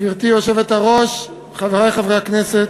גברתי היושבת-ראש, חברי חברי הכנסת,